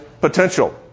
potential